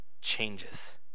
changes